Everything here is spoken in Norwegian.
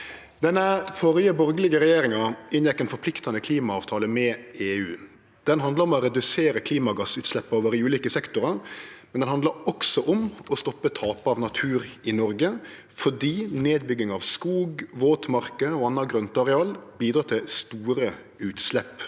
Den førre, borgarlege regjeringa inngjekk ein forpliktande klimaavtale med EU. Han handla om å redusere klimagassutsleppa våre i ulike sektorar, men han handla også om å stoppe tapet av natur i Noreg, fordi nedbygging av skog, våtmarker og anna grønt areal bidreg til store utslepp,